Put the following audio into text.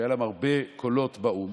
שהיו להן הרבה קולות באו"ם,